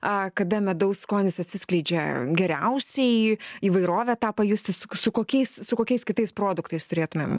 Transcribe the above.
a kada medaus skonis atsiskleidžia geriausiai įvairovę tą pajusti suk su kokiais su kokiais kitais produktais turėtumėm